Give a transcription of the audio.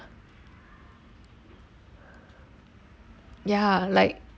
ya like